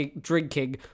drinking